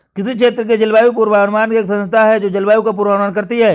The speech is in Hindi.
किसी क्षेत्र के लिए जलवायु पूर्वानुमान एक संस्था है जो जलवायु का पूर्वानुमान करती है